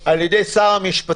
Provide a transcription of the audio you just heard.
ולכן כן צריך לשלב במח"ש גורמים